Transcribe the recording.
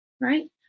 right